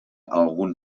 algun